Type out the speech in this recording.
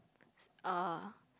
uh